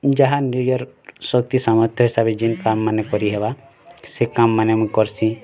ଯାହା ନିଜର୍ ଶକ୍ତି ସାମର୍ଥ ହିସାବେ ଜିନ୍ କାମ୍ ମାନେ କରି ହେବା ସେ କାମ୍ ମାନେ ମୁଁ କରସି